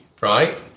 right